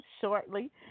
shortly